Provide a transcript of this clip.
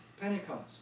Pentecost